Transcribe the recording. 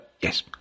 yes